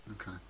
Okay